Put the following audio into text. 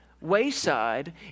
Wayside